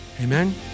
Amen